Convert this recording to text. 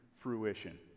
fruition